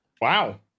Wow